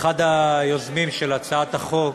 כאחד היוזמים של הצעת החוק,